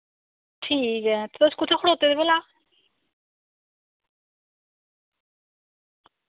ठीक ऐ तुस कुत्थें खड़ोते दे भला